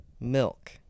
milk